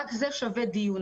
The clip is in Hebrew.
רק זה שווה דיון.